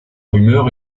rumeur